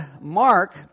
Mark